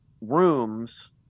rooms